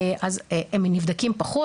אז הם נבדקים פחות.